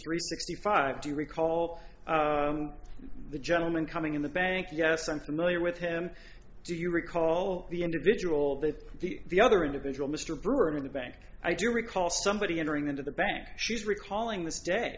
three sixty five do you recall the gentleman coming in the bank yes i'm familiar with him do you recall the individual bit the other individual mr bird in the bank i do recall somebody entering into the bank she's recalling this day